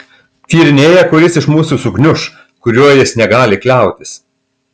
tyrinėja kuris iš mūsų sugniuš kuriuo jis negali kliautis